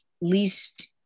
least